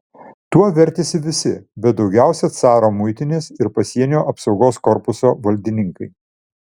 tuo vertėsi visi bet daugiausiai caro muitinės ir pasienio apsaugos korpuso valdininkai